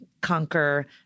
conquer